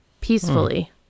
peacefully